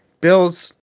Bills